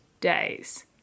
days